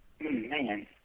Man